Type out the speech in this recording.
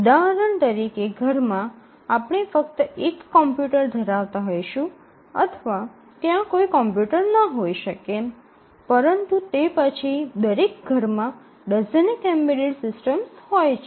ઉદાહરણ તરીકે ઘરમાં આપણે ફક્ત એક કોમ્પ્યુટર ધરાવતાં હોઈશું અથવા ત્યાં કોઈ કોમ્પ્યુટર ન હોઈ શકે પરંતુ તે પછી લગભગ દરેક ઘરમાં ડઝનેક એમ્બેડેડ સિસ્ટમ્સ હોય છે